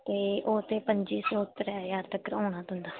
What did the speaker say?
ते एह् पंजी सौ ते त्रैह् ज्हार तगर होना तुंदा